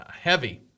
heavy